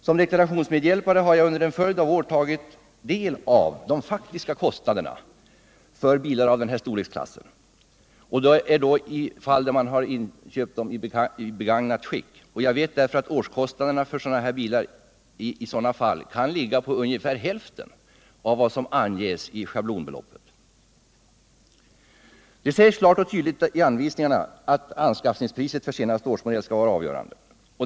Som deklarationsmedhjälpare har jag under en följd av år tagit del av de faktiska årskostnaderna för bilar i den här storleksklassen vilka har inköpts i begagnat skick. Jag vet därför att årskostnaderna för småbilar i sådana fall kan ligga på ungefär hälften av vad som anges i riksskatteverkets schabloner. Det sägs klart och tydligt i anvisningarna att anskaffningspriset för senaste årsmodell skall vara avgörande.